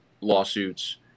lawsuits